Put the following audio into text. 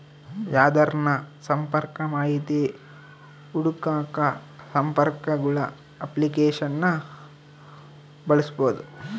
ಯಾರ್ದನ ಸಂಪರ್ಕ ಮಾಹಿತಿ ಹುಡುಕಾಕ ಸಂಪರ್ಕಗುಳ ಅಪ್ಲಿಕೇಶನ್ನ ಬಳಸ್ಬೋದು